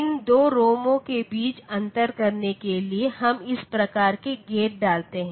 इन 2 रोमों के बीच अंतर करने के लिए हम इस प्रकार के गेट डालते हैं